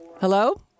Hello